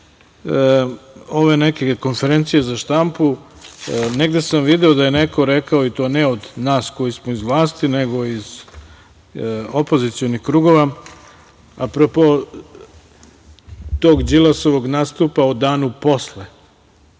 ove neke konferencije za štampu, negde sam video da je neko rekao, i to ne od nas koji smo iz vlasti, nego iz opozicionih krugova, apropo tog Đilasovog nastupa o danu posle